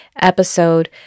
episode